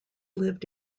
lived